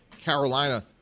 Carolina